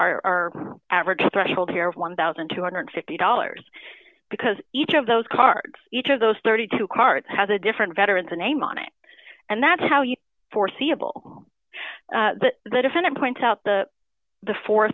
our average threshold here one thousand two hundred and fifty dollars because each of those cards each of those thirty two dollars cards has a different veteran the name on it and that's how you foreseeable that the defendant points out the the four